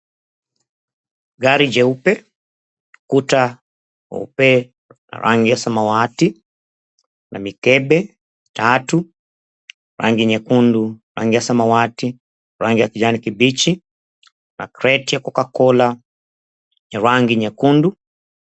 Gari jeupe, ukuta mweupe na rangi ya samawati na mikebe tatu, rangi nyekundu, rangi ya samawati, rangi ya kijani kibichi na kreti ya Cocacola ya rangi nyekundu.